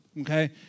Okay